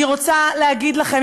אני רוצה להגיד לכם,